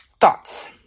Thoughts